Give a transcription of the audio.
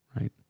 right